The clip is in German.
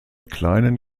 kleinen